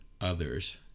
others